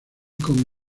con